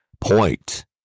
point